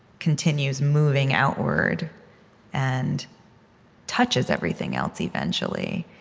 continues moving outward and touches everything else eventually.